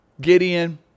Gideon